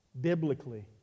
biblically